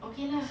okay lah